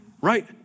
Right